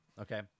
okay